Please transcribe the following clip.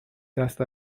دست